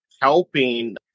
helping